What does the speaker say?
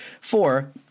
Four